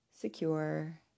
secure